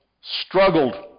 struggled